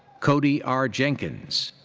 cody r. jenkins.